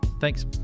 thanks